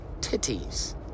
titties